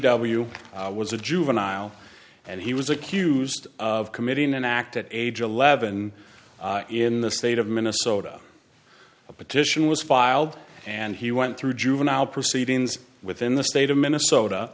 w was a juvenile and he was accused of committing an act at age eleven and in the state of minnesota a petition was filed and he went through juvenile proceedings within the state of minnesota